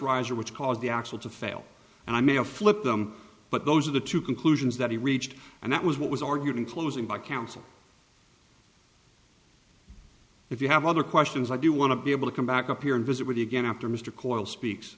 riser which caused the axle to fail and i may have flipped them but those are the two conclusions that he reached and that was what was argued in closing by counsel if you have other questions i do want to be able to come back up here and visit with you again after mr coyle speaks